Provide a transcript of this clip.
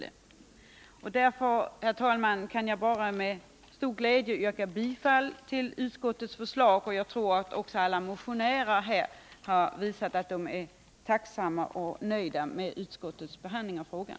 Därför, herr talman, kan jag med stor glädje yrka bifall till utskottets förslag, och jag tror att alla motionärer också är tacksamma och nöjda med utskottets behandling av frågan.